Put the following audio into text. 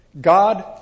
God